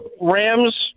Rams